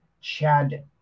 Chad